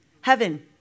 Heaven